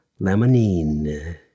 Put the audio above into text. lemonine